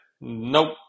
Nope